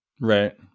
right